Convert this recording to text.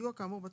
אמרתי